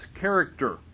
character